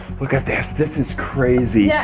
look at this, this is crazy. yeah,